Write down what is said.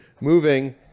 moving